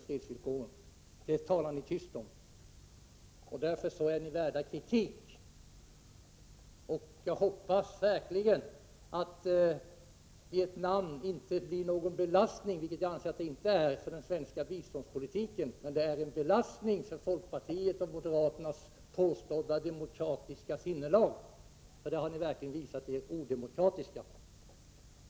Sådant talar ni tyst om, och därför är ni värda kritik. Jag hoppas verkligen att Vietnam inte blir någon belastning för den svenska biståndspolitiken, vilket jag anser att det inte är, men det är en belastning för folkpartiets och moderaternas påstådda demokratiska sinnelag — där har ni verkligen visat er odemokratiska.